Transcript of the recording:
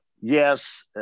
yes